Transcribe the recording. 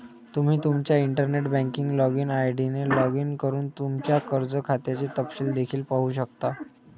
तुम्ही तुमच्या internet banking login ID ने लॉग इन करून तुमच्या कर्ज खात्याचे तपशील देखील पाहू शकता